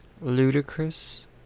ludicrous